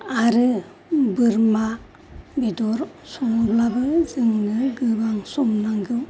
आरो बोरमा बेदर सङोब्लाबो जोंनो गोबां सम नांगौ